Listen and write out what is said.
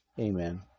Amen